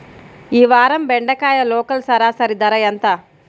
ఈ వారం బెండకాయ లోకల్ సరాసరి ధర ఎంత?